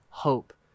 hope